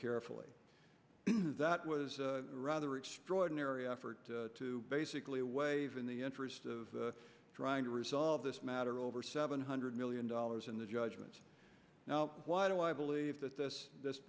carefully that was rather extraordinary effort to basically wave in the interest of trying to resolve this matter over seven hundred million dollars in the judgment now why do i believe that this this